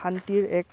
শান্তিৰ এক